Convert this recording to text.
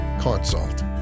consult